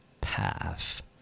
path